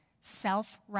self